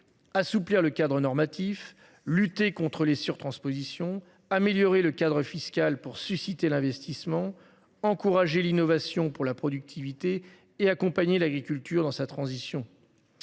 Assouplir le cadre normatif lutter contre les sur-transpositions améliorer le cadre fiscal pour susciter l'investissement encourager l'innovation pour la productivité et accompagner l'agriculture dans sa transition.